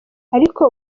ariko